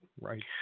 Right